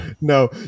No